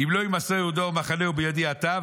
אם לא יימסר יהודה ומחנהו בידי עתה,